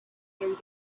through